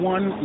One